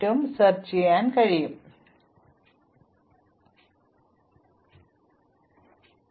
അതിനാൽ forward edge 0 15 മുതൽ 3 comma 6 വരെ ചേർക്കുന്നതിന്